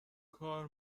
کار